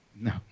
No